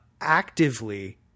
actively